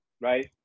right